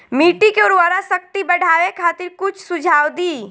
मिट्टी के उर्वरा शक्ति बढ़ावे खातिर कुछ सुझाव दी?